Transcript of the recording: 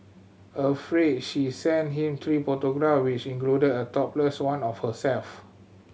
afraid she sent him three photograph which included a topless one of herself